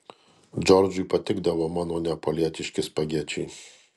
džordžui patikdavo mano neapolietiški spagečiai